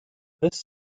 this